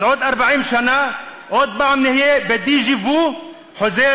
אז עוד 40 שנה עוד פעם נהיה בדז'ה-וו חוזר,